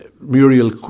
Muriel